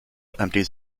empties